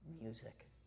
music